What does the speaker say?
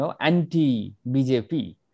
anti-BJP